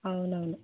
అవునవును